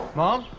mom?